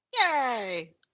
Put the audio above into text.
Yay